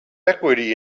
equity